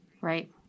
Right